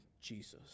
Jesus